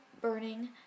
burning